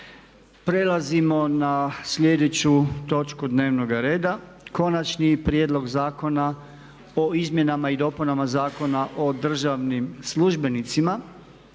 i unaprijedili ovaj konačni prijedlog Zakona o izmjenama i dopunama Zakona o državnim službenicima.